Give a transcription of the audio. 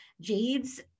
Jade's